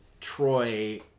Troy